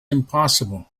impossible